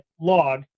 log